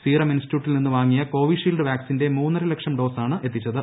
serum ഇൻസ്റ്റിറ്റ്യൂട്ടിൽ നിന്ന് വാങ്ങിയ കോവിഷീൽഡ് വാക്സിന്റെ മൂന്നര ലക്ഷം ഡോസാണ് എത്തിച്ചത്